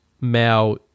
Mao